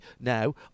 now